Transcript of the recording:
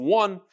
one